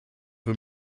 für